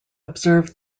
observed